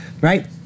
Right